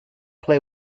play